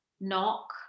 knock